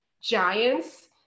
giants